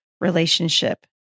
relationship